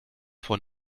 von